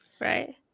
right